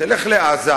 תלך לעזה.